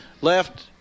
left